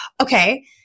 Okay